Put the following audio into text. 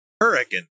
hurricane